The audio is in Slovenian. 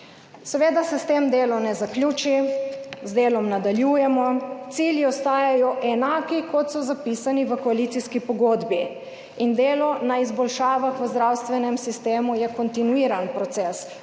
Seveda se s tem delo ne zaključi, z delom nadaljujemo. Cilji ostajajo enaki kot so zapisani v koalicijski pogodbi in delo na izboljšavah v zdravstvenem sistemu je kontinuiran proces.